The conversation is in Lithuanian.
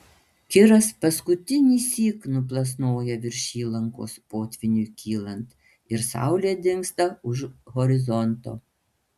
kiras paskutinįsyk nuplasnoja virš įlankos potvyniui kylant ir saulė dingsta už horizonto